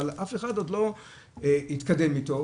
אבל אף אחד עוד לא התקדם איתו,